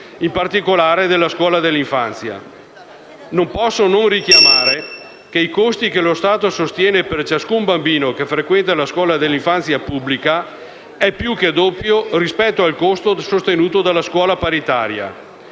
in particolare, dell'infanzia. Non posso non richiamare che il costo che lo Stato sostiene per ciascun bambino che frequenta la scuola dell'infanzia pubblica è più che doppio rispetto a quello sostenuto dalla scuola paritaria.